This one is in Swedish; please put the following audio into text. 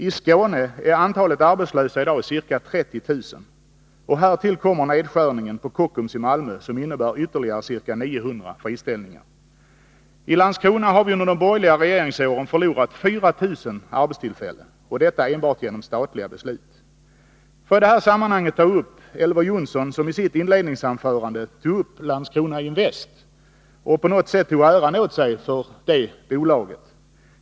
I Skåne är antalet arbetslösa i dag ca 30 000, och härtill kommer nedskärningen på Kockums i Malmö, som innebär ytterligare ca 900 friställda. I Landskrona har vi under de borgerliga regeringsåren förlorat 4 000 arbetstillfällen, och detta enbart genom statliga beslut. Får jag i det här sammanhanget nämna att Elver Jonsson i sitt inledningsanförande tog upp Landskrona Finans och på något sätt tog åt sig äran för detta bolag.